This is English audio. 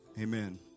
amen